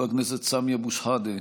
חבר הכנסת סמי אבו שחאדה,